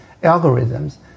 algorithms